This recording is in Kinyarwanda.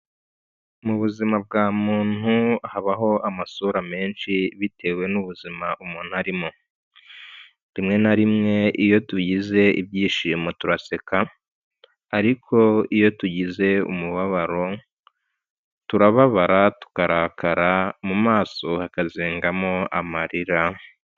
Mu buzima bwa muntu habaho amasura menshi bitewe n'ubuzima umuntu arimo, rimwe na rimwe iyo tugize ibyishimo turaseka ariko iyo tugize umubabaro turababara tukarakara, mu maso hakazengamo amarira.